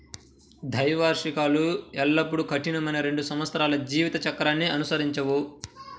ద్వైవార్షికాలు ఎల్లప్పుడూ కఠినమైన రెండు సంవత్సరాల జీవిత చక్రాన్ని అనుసరించవు